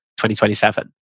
2027